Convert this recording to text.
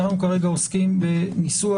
כרגע אנחנו עוסקים בניסוח.